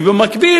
ובמקביל,